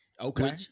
Okay